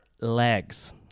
legs